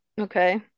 Okay